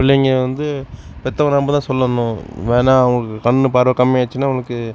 பிள்ளைங்கள் வந்து பெற்றவங்க நம்ம தான் சொல்லணும் வேணாம் அவங்களுக்கு கண் பார்வை கம்மியாகிடுச்சின்னா உங்களுக்கு